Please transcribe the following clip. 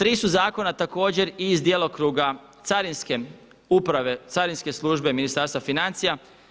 Tri su zakona također i iz djelokruga carinske uprave, carinske službe Ministarstva financija.